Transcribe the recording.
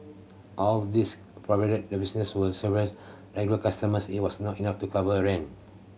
all these provided the business with several regular customers it was not enough to cover rent